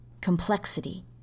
complexity